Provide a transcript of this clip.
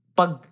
pag